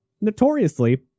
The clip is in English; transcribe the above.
notoriously